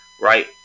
right